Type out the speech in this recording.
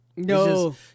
No